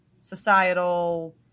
societal